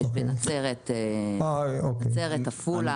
יש בנצרת, עפולה.